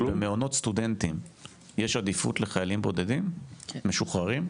במעונות סטודנטים יש עדיפות לחיילים בודדים משוחררים?